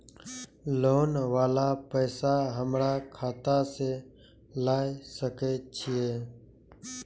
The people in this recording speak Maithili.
लोन वाला पैसा हमरा खाता से लाय सके छीये?